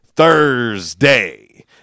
Thursday